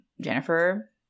Jennifer